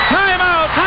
timeout